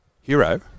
hero